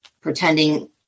pretending